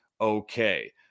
okay